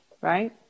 right